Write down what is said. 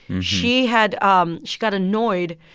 she had um she got annoyed.